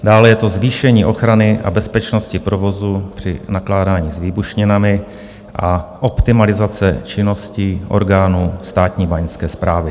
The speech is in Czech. Dále je to zvýšení ochrany a bezpečnosti provozu při nakládání s výbušninami a optimalizace činností orgánů Státní báňské správy.